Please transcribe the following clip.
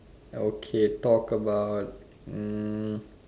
okay talk about um